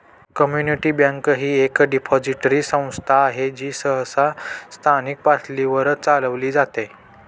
community bank ही एक depository संस्था आहे जी सहसा स्थानिक पातळीवर चालविली जाते